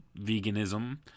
veganism